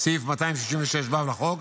סעיף 266ו לחוק,